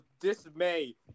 dismay